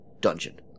Dungeon